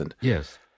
Yes